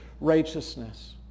righteousness